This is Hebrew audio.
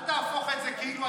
אל תהפוך את זה כאילו,